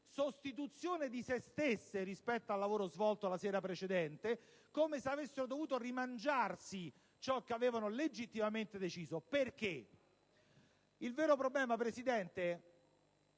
sostituzione di se stesse rispetto al lavoro svolto la sera precedente, come se avessero dovuto rimangiarsi ciò che avevano legittimamente deciso. Per quale motivo? Il vero problema, Presidente,